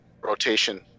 rotation